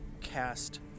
cast